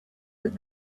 that